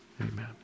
Amen